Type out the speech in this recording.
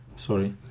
Sorry